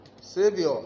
savior